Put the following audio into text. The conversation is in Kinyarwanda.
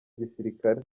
gisirikare